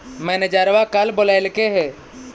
मैनेजरवा कल बोलैलके है?